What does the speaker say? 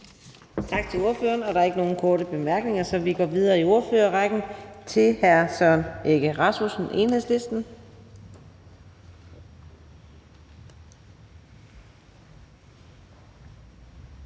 Tak til ordføreren. Der er ikke nogen korte bemærkninger, så vi går videre i ordførerrækken til fru Signe Munk, Socialistisk